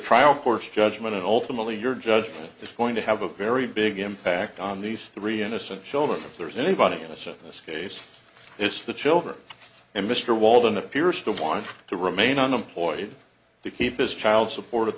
trial court's judgment and ultimately your judge is going to have a very big impact on these three innocent children if there's anybody innocent in this case it's the children and mr walden appears to want to remain unemployed to keep his child support